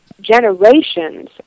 generations